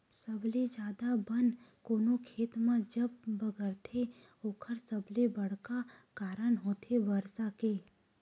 सबले जादा बन कोनो खेत म जब बगरथे ओखर सबले बड़का कारन होथे बरसा के